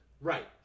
Right